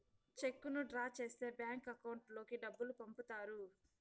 చెక్కును డ్రా చేస్తే bank account లోకి డబ్బులు పంపుతారు